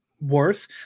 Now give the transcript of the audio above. worth